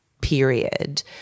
period